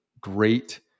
great